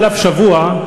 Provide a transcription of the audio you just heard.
חלף שבוע,